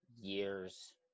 years